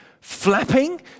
flapping